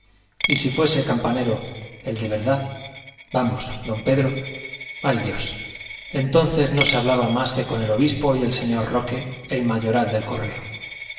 y si fuese campanero el de verdad vamos don pedro ay dios entonces no se hablaba más que con el obispo y el señor roque el mayoral del correo